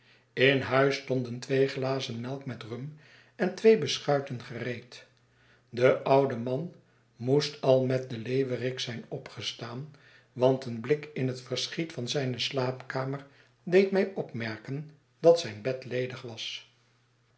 in huis stonden twee glazen melk met rum en twee beschuiten gereed de oude man moest al met den leeuwerik zijn opgestaan want een blik in het verschiet van zijne slaapkamer deed mij opmerken dat zijn bed ledig was